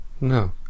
No